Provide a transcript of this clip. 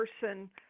person